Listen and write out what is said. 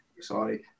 Sorry